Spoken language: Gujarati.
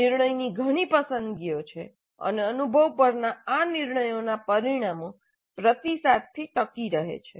નિર્ણયની ઘણી પસંદગીઓ છે અને અનુભવ પરના આ નિર્ણયોના પરિણામો પ્રતિસાદથી ટકી રહે છે